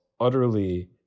utterly